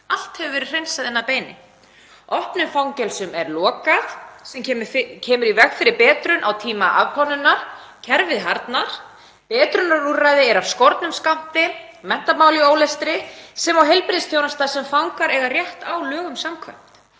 Allt hefur verið hreinsað inn að beini. Opnum fangelsum er lokað sem kemur í veg fyrir betrun á tíma afplánunar, kerfið harðnar, betrunarúrræði eru af skornum skammti, menntamál í ólestri sem og heilbrigðisþjónusta sem fangar eiga rétt á lögum samkvæmt.